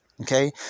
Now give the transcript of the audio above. Okay